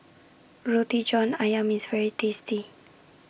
Roti John Ayam IS very tasty